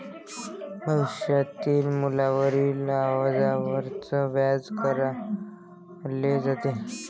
भविष्यातील मूल्यावरील व्याजावरच व्याज आकारले जाते